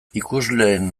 ikusleen